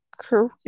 career